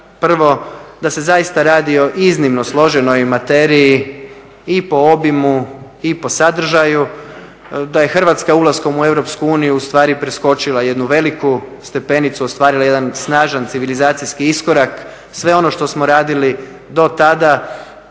prvo da se zaista radi o iznimno složenoj materiji i po obimu i po sadržaju. Da je Hrvatska ulaskom u EU ustvari preskočila jednu veliku stepenicu, ostvarila jedan novi civilizacijski iskorak. Sve ono što smo radili dotada